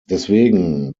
deswegen